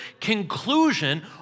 conclusion